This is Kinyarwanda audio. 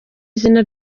izina